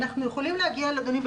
אדוני,